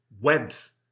webs